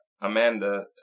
Amanda